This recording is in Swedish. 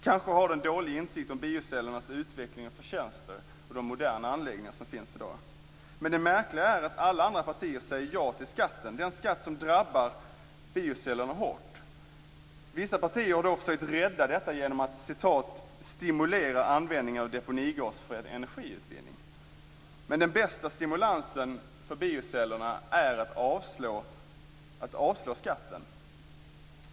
Kanske har man dålig insikt om biocellernas utveckling och förtjänster och de moderna anläggningar som finns i dag. Men det märkliga är att alla andra partier säger ja till skatten, den skatt som drabbar biocellerna hårt. Vissa partier har försökt rädda detta genom att "stimulera användningen av deponigas för energiutvinning". Den bästa stimulansen för biocellerna är att avslå skatten.